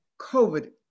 COVID